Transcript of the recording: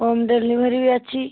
home delivery ଅଛି